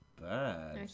bad